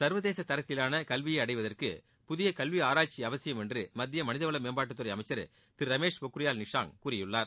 சர்வதேச தரத்திலான கல்வியை அடைவதற்கு புதிய கல்வி ஆராய்ச்சி அவசியம் என்று மத்திய மனிதவள மேம்பாட்டுத்துறை அமைச்சர் திரு ரமேஷ் பொக்ரியால் நிஷாங் கூறியுள்ளார்